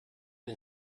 and